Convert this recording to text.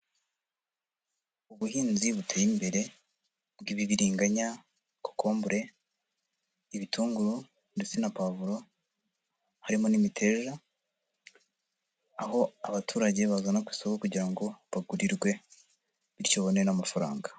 Ubuhinzi buteye imbere bw'ibibiringanya, kokombure, ibitunguru, ndetse na povuro, harimo n'imiteja, aho abaturage bazana ku isoko, kugira ngo bagurirwe, bityo babone n'amafaranga.